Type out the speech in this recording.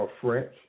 French